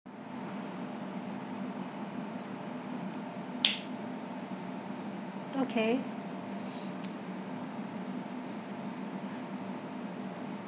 okay